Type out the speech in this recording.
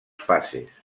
fases